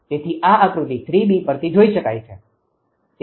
તેથી આ આકૃતિ 3 પરથી જોઈ શકાય છે